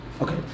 Okay